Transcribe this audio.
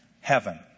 heaven